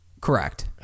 Correct